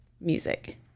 music